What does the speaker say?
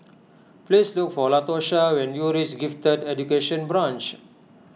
please look for Latosha when you reach Gifted Education Branch